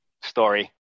story